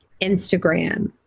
Instagram